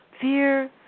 fear